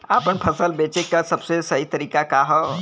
आपन फसल बेचे क सबसे सही तरीका का ह?